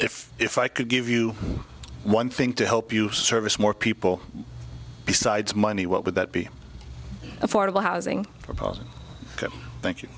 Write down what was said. if if i could give you one thing to help you service more people besides money what would that be affordable housing for them thank you